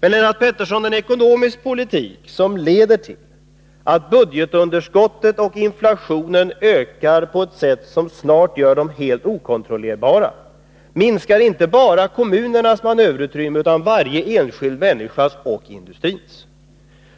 Men, Lennart Pettersson, en ekonomisk politik som leder till att budgetunderskottet och inflationen ökar på ett sätt som snart blir helt okontrollerbart, minskar samtidigt manöverutrymmet, inte bara för kommunerna utan för varje enskild människa och för industrin.